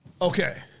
Okay